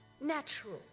natural